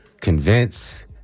convince